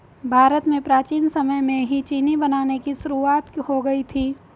भारत में प्राचीन समय में ही चीनी बनाने की शुरुआत हो गयी थी